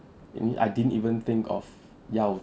and I didn't even think of 要